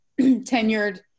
tenured